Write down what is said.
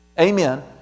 Amen